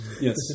Yes